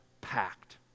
packed